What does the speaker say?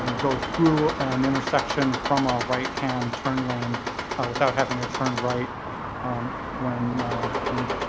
and go through an intersection from a right-hand turn lane without having to turn right um when when